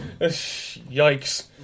Yikes